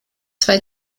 zwei